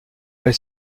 elle